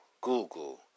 Google